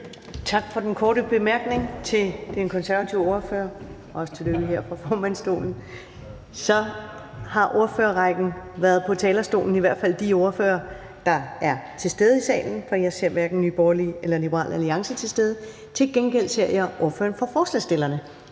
Tak for den korte bemærkning til den konservative ordfører, og også tillykke her fra formandsstolen. Så har ordførerrækken været på talerstolen, i hvert fald de ordførere, der er til stede i salen, for jeg ser hverken Nye Borgerlige eller Liberal Alliance til stede. Til gengæld ser jeg ordføreren for forslagsstillerne